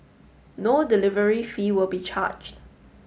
no delivery fee will be charged